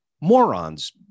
morons